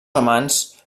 amants